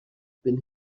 been